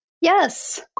Yes